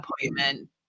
appointment